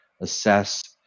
assess